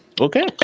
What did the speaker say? Okay